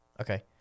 Okay